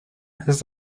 his